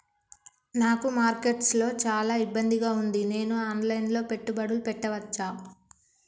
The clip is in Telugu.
నాకు మార్కెట్స్ లో చాలా ఇబ్బందిగా ఉంది, నేను ఆన్ లైన్ లో పెట్టుబడులు పెట్టవచ్చా?